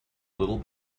little